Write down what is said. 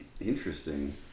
Interesting